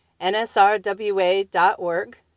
nsrwa.org